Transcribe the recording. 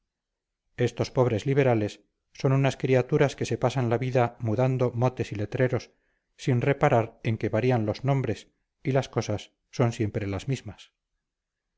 estos pobres liberales son unas criaturas que se pasan la vida mudando motes y letreros sin reparar en que varían los nombres y las cosas son siempre las mismas